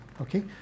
Okay